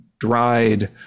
dried